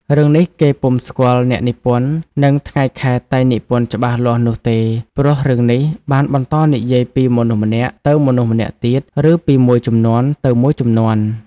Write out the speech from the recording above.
រឿងនេះ គេពុំស្គាល់អ្នកនិពន្ធ និងថ្ងៃខែតែងនិពន្ធច្បាស់លាស់នោះទេ ព្រោះរឿងនេះបានបន្តនិយាយពីមនុស្សម្នាក់ទៅមនុស្សម្នាក់ទៀត ឬពីមួយជំនាន់ទៅមួយជំនាន់។